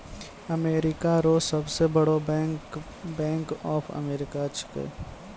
America रो सब से बड़ो बैंक बैंक ऑफ अमेरिका छैकै